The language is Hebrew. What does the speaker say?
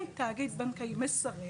אם תאגיד בנקאי מסרב